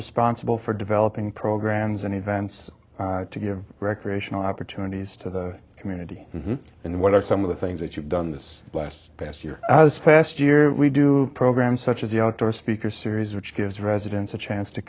responsible for developing programs and events to give recreational opportunities to the community and what are some of the things that you've done this last past year as past year we do programs such as the outdoor speaker series which gives residents a chance to